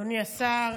אדוני השר,